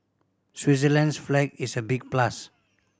Switzerland's flag is a big plus